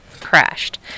Crashed